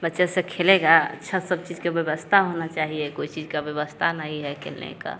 बच्चा स खेलेगा अच्छा सब चीज के व्यवस्था होना चाहिए कोई चीज का व्यवस्था नहीं है खेलने का